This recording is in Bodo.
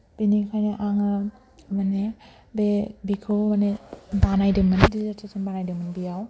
बेनिखायनो आङो माने बे बेखौ माने बानायदोंमोन डिजारटेसन बानायदोंमोन बेयाव